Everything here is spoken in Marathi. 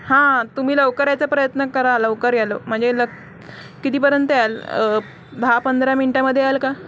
हां तुम्ही लवकर यायचा प्रयत्न करा लवकर या म्हणजे ल कितीपर्यंत याल दहा पंधरा मिनटामध्ये याल का